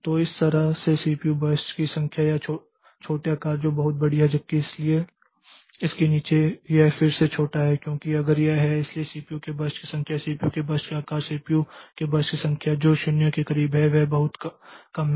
तो इस तरह से सीपीयू बर्स्ट की संख्या या छोटे आकार जो बहुत बड़ी है जबकि इसलिए इसके नीचे यह फिर से छोटा है क्योंकि अगर यह है इसलिएसीपीयू के बर्स्ट की संख्या सीपीयू के बर्स्ट के आकार सीपीयू के बर्स्ट की संख्या जो 0 के करीब है वह भी बहुत कम है